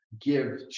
give